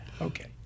Okay